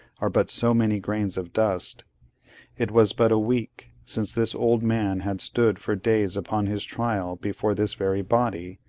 are but so many grains of dust it was but a week, since this old man had stood for days upon his trial before this very body,